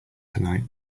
tonight